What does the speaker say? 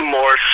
more